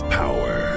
power